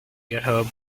github